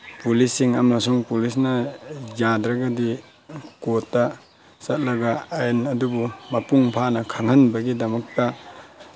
ꯄꯨꯂꯤꯁꯁꯤꯡ ꯑꯃꯁꯨꯡ ꯄꯨꯂꯤꯁꯅ ꯌꯥꯗ꯭ꯔꯒꯗꯤ ꯀꯣꯔꯠꯇ ꯆꯠꯂꯒ ꯑꯥꯏꯟ ꯑꯗꯨꯕꯨ ꯃꯄꯨꯡ ꯐꯥꯅ ꯈꯪꯍꯟꯕꯒꯤꯗꯃꯛꯇ